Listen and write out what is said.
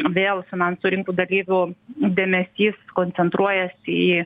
vėl finansų rinkų dalyvių dėmesys koncentruojasi į